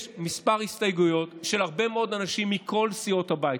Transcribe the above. יש כמה הסתייגויות של הרבה מאוד אנשים מכל סיעות הבית,